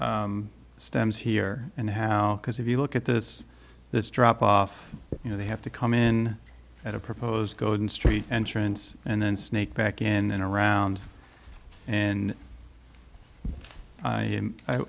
stems here and how because if you look at this this drop off you know they have to come in at a proposed golden street entrance and then sneak back in and around and i wan